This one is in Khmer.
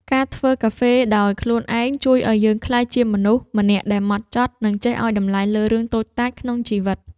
ការធ្វើកាហ្វេដោយខ្លួនឯងជួយឱ្យយើងក្លាយជាមនុស្សម្នាក់ដែលហ្មត់ចត់ និងចេះឱ្យតម្លៃលើរឿងតូចតាចក្នុងជីវិត។